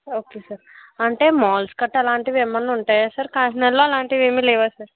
okay sir అంటే malls కట్టా ఏమైనా ఉంటాయా సార్ కాకినాడలో అలాంటివి ఏమీ లేవా సార్